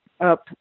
up